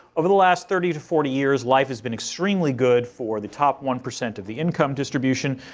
over the last thirty to forty years, life has been extremely good for the top one percent of the income distribution.